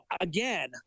again